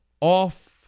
off